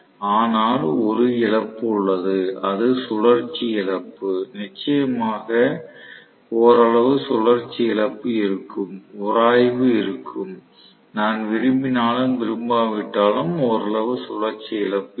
ஆனால் ஒரு இழப்பு உள்ளது அது சுழற்சி இழப்பு நிச்சயமாக ஓரளவு சுழற்சி இழப்பு இருக்கும் உராய்வு இருக்கும் நான் விரும்பினாலும் விரும்பாவிட்டாலும் ஓரளவு சுழற்சி இழப்பு இருக்கும்